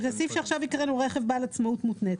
זה סעיף שעכשיו הקראנו רכב בעל עצמאות מותנית,